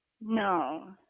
No